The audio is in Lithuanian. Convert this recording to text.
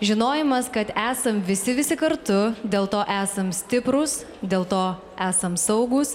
žinojimas kad esam visi visi kartu dėl to esam stiprūs dėl to esam saugūs